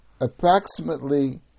approximately